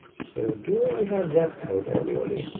so do i have that code already?